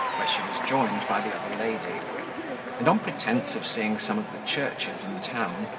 where she was joined by the other lady and on pretence of seeing some of the churches in town,